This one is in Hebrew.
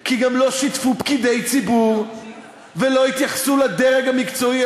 כי גם לא שיתפו פקידי ציבור ולא התייחסו לדרג המקצועי,